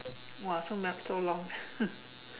!wah! so ma~ so long